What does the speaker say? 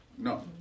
No